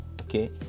okay